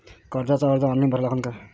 कर्जाचा अर्ज ऑनलाईन भरा लागन का?